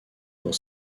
dans